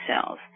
cells